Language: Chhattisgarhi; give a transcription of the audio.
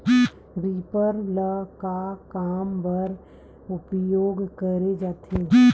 रीपर ल का काम बर उपयोग करे जाथे?